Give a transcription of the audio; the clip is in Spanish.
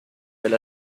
del